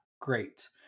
Great